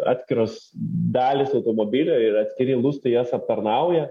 atskiros dalys automobilio ir atskiri lustai jas aptarnauja